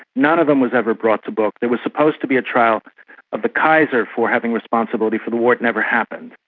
none of them was ever brought to book there was supposed to be a trial of the kaiser for having responsibility for the war it never happened.